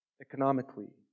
economically